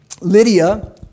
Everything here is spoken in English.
Lydia